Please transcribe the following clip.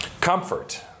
comfort